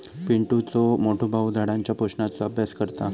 पिंटुचो मोठो भाऊ झाडांच्या पोषणाचो अभ्यास करता